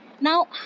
Now